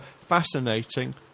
fascinating